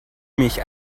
mich